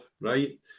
right